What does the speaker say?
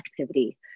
activity